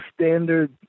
standard